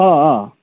অঁ অঁ